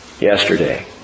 Yesterday